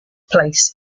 place